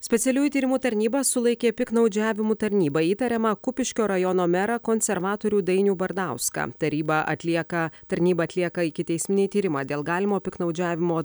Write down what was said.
specialiųjų tyrimų tarnyba sulaikė piktnaudžiavimu tarnyba įtariamą kupiškio rajono merą konservatorių dainių bardauską taryba atlieka tarnybą atlieka ikiteisminį tyrimą dėl galimo piktnaudžiavimo